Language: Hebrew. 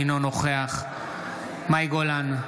אינו נוכח מאי גולן,